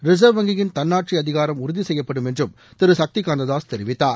reserve வங்கியின் தன்னாட்சி அதிகாரம் உறுதிசெய்யப்படும் என்றும் திரு சக்திகாந்ததாஸ் தெரிவித்தார்